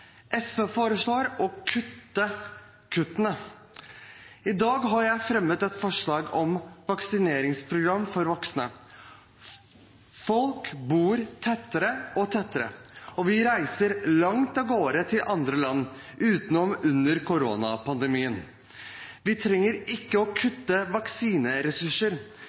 SV foreslår å fjerne kuttene. I dag har jeg fremmet et forslag om vaksineringsprogram for voksne. Folk bor tettere og tettere, og vi reiser langt av gårde til andre land – utenom under koronapandemien. Vi trenger ikke å kutte vaksineressurser.